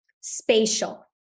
spatial